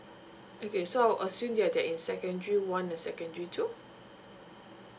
okay so I will assume that they're in secondary one and secondary two